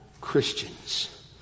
Christians